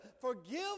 forgive